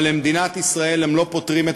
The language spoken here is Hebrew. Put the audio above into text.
אבל במדינת ישראל הם לא פותרים את